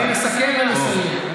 אז אני מסכם ומסיים.